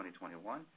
2021